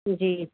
जी